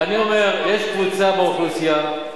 אני אומר: יש קבוצה באוכלוסייה,